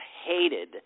hated –